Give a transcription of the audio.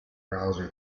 browser